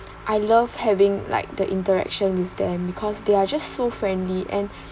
I love having like the interaction with them because they are just so friendly and